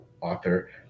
author